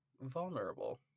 vulnerable